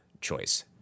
choice